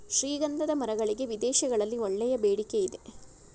ಶ್ರೀಗಂಧದ ಮರಗಳಿಗೆ ವಿದೇಶಗಳಲ್ಲಿ ಒಳ್ಳೆಯ ಬೇಡಿಕೆ ಇದೆ